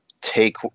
take